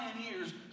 pioneers